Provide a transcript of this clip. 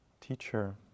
teacher